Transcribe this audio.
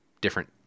Different